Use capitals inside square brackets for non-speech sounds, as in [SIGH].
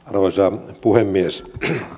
[UNINTELLIGIBLE] arvoisa puhemies